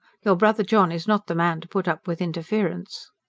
your brother john is not the man to put up with interference.